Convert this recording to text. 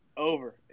Over